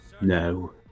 No